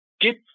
get